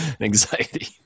anxiety